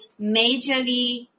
majorly